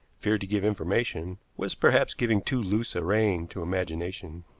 feared to give information, was perhaps giving too loose a rein to imagination.